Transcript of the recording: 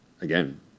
again